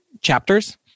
chapters